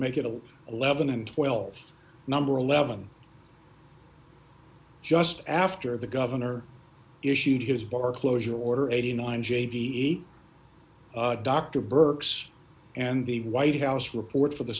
make it all eleven and twelve number eleven just after the governor issued his bar closure order eighty nine j b e dr burke's and the white house report for the